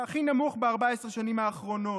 הכי נמוך ב-14 השנים האחרונות,